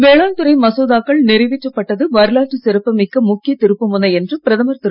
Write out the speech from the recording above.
வேளாண் துறை மசோதாக்கள் நிறைவேற்றப்பட்டது வரலாற்று சிறப்பு மிக்க முக்கிய திருப்புமுனை என்று பிரதமர் திரு